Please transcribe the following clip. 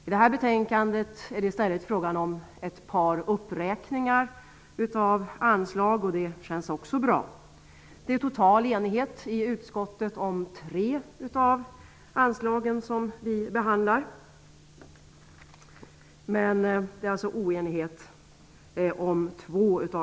I detta betänkande är det i stället fråga om ett par uppräkningar av anslag, och även det känns bra. Det är total enighet i utskottet om tre av de anslag som vi behandlar men oenighet om två.